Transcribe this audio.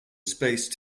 space